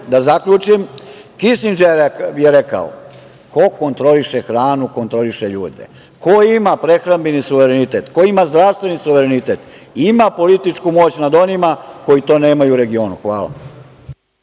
da zaključim, Kisindžer je rekao - ko kontroliše hranu, kontroliše ljude. Ko ima prehrambeni suverenitet, ko ima zdravstveni suverenitet, ima političku moć nad onima koji to nemaju u regionu. Hvala.